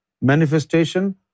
manifestation